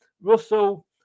Russell